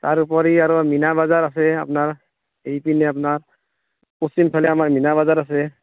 তাৰ উপৰি আৰু মিনা বজাৰ আছে আপোনাৰ এইপিনে আপোনাৰ পশ্চিমফালে আমাৰ মিনা বজাৰ আছে